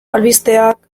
albisteak